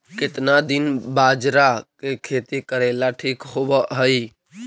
केतना दिन बाजरा के खेती करेला ठिक होवहइ?